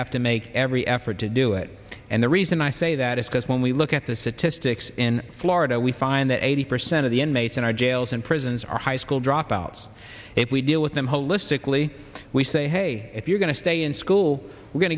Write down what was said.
to make every effort to do it and the reason i say that is because when we look at the statistics in florida we find that eighty percent of the inmates in our jails and prisons are high school dropouts if we deal with them holistically we say hey if you're going to stay in school we